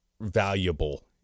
valuable